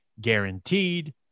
guaranteed